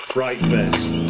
Frightfest